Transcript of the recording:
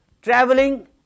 Traveling